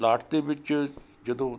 plot ਦੇ ਵਿੱਚ ਜਦੋਂ